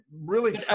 really-